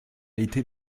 été